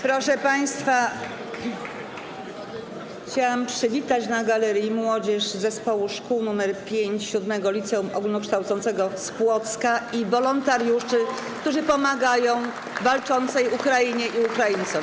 Proszę państwa, chciałam przywitać siedzącą na galerii młodzież z Zespołu Szkół nr 5, z VII Liceum Ogólnokształcącego z Płocka i wolontariuszy, którzy pomagają walczącej Ukrainie i Ukraińcom.